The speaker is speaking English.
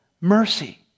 mercy